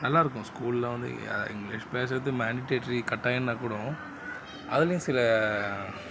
நல்லாயிருக்கும் ஸ்கூல்லாம் வந்து இங்கிலீஷ் பேசுகிறது மேனுடேட்ரி கட்டாயம்னால் கூடம் அதுலேயும் சில